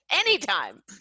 Anytime